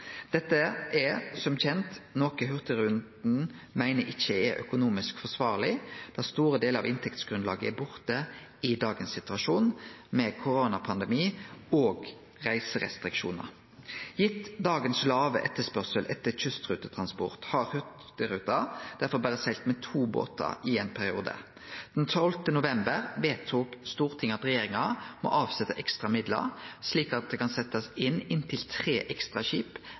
Dette er som kjent noko Hurtigruten ikkje meiner er økonomisk forsvarleg, da store delar av inntektsgrunnlaget er borte i dagens situasjon med koronapandemi og reiserestriksjonar. Gitt dagens låge etterspurnad etter kystrutetransport har Hurtigruten derfor berre segla med to båtar i ein periode. Den 12. november vedtok Stortinget at regjeringa må setje av ekstra midlar, slik at det kan setjast inn inntil tre ekstra